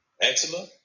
eczema